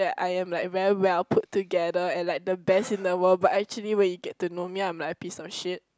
that I'm like very well put together and like the best in the world but actually when you get to know me I'm like a piece of shit